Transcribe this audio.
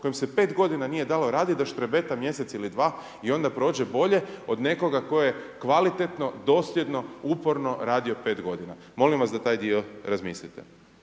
kojem se 5 godina nije dalo raditi da štrebeta mjesec ili dva i onda prođe bolje od nekoga tko je kvalitetno, dosljedno, uporno radio 5 godina. Molim vas da taj dio razmislite.